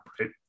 right